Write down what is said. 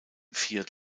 fiat